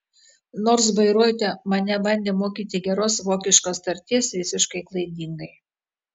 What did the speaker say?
nors bairoite mane bandė mokyti geros vokiškos tarties visiškai klaidingai